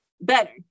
better